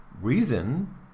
reason